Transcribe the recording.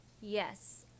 Yes